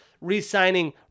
re-signing